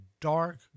dark